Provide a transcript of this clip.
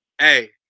hey